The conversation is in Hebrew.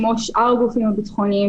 כמו שעל שאר הגופים הביטחוניים,